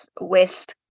west